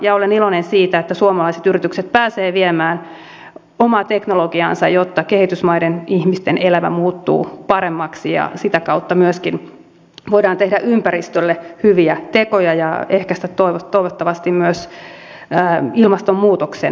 ja olen iloinen siitä että suomalaiset yritykset pääsevät viemään omaa teknologiaansa jotta kehitysmaiden ihmisten elämä muuttuu paremmaksi ja sitä kautta myöskin voidaan tehdä ympäristölle hyviä tekoja ja ehkäistä toivottavasti myös ilmastonmuutoksen etenemistä